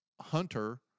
Hunter